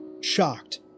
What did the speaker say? shocked